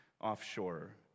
offshore